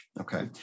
Okay